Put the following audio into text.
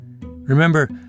Remember